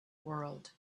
world